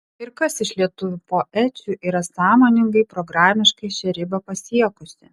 ir kas iš lietuvių poečių yra sąmoningai programiškai šią ribą pasiekusi